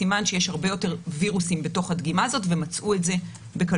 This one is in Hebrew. סימן שיש הרבה יותר וירוסים בתוך הדגימה הזאת ומצאו את זה בקלות.